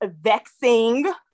vexing